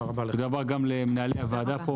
זה עבר גם למנהלי הוועדה פה.